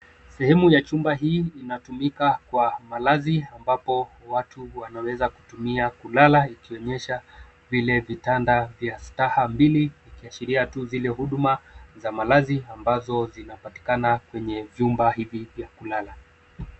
Sehemu ya chumba hii inatumika kwa malazi ambapo watu wanaweza kutumia kulala ikionyesha vile vitanda vya staha mbili zikiashiria tu zile huduma za malazi ambazo zinapatikana kwenye jumba hili la kulala.